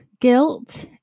guilt